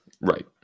right